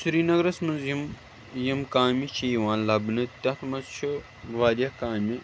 سریٖنَگرَس منٛز یِم یِم کامہِ چھِ یِوان لَبنہٕ تَتھ منٛز چھُ واریاہ کامہِ